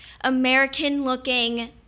American-looking